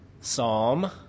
psalm